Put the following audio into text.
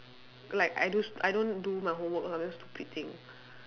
like I do s~ I don't do my homework I do stupid thing